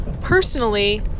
Personally